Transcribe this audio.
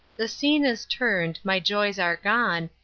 the scene is turn'd, my joys are gone,